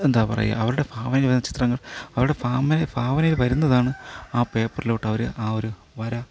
എന്താണ് പറയുക അവരുടെ ഭാവനയിൽ വരുന്ന ചിത്രങ്ങൾ അവരുടെ ഭാവന ഭാവനയിൽ വരുന്നതാണ് ആ പേപ്പറിലോട്ട് അവർ ആ ഒരു വര